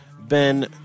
Ben